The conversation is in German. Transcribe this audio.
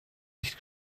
nicht